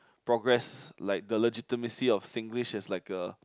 progress like the legitimacy of Singlish is like a